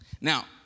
Now